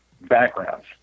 backgrounds